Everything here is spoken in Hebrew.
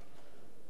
שלוש דקות.